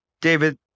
David